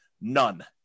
None